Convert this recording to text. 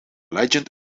legend